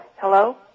Hello